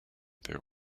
there